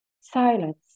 silence